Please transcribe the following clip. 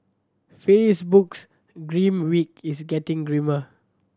Facebook's grim week is getting grimmer